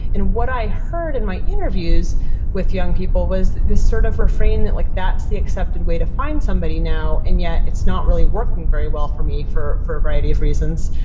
and what i heard in my interviews with young people was this sort of refrain that like that's the accepted way to find somebody now, and yet it's not really working very well for me for for a variety of reasons.